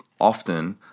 often